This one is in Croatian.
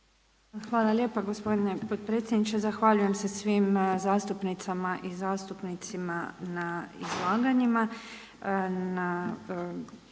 Hvala lijepa gospodine potpredsjedniče. Zahvaljujem se svim zastupnicama i zastupnicima na izlaganjima,